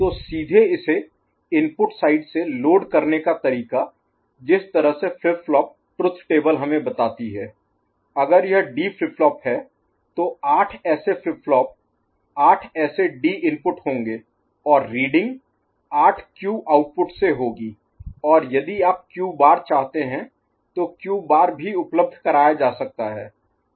तो सीधे इसे इनपुट साइड से लोड करने का तरीका जिस तरह से फ्लिप फ्लॉप ट्रुथ टेबल हमें बताती है अगर यह डी फ्लिप फ्लॉप है तो आठ ऐसे फ्लिप फ्लॉप आठ ऐसे डी इनपुट होंगे और रीडिंग आठ क्यू आउटपुट से होगी और यदि आप Q बार Q' चाहते हैं तो Q बार Q' भी उपलब्ध कराया जा सकता है